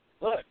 look